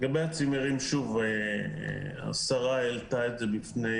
לגבי הצימרים השרה העלתה את זה בפני